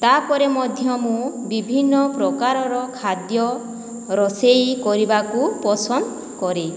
ତା'ପରେ ମଧ୍ୟ ମୁଁ ବିଭିନ୍ନ ପ୍ରକାରର ଖାଦ୍ୟ ରୋଷେଇ କରିବାକୁ ପସନ୍ଦ କରେ